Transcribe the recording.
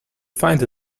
find